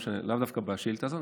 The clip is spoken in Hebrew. לאו דווקא בשאילתה הזאת,